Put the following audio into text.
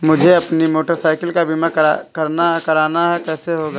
मुझे अपनी motorcycle का बीमा करना है कैसे होगा?